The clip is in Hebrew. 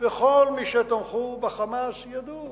וכל מי שתמכו ב"חמאס" ידעו